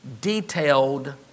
detailed